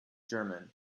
german